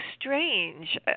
strange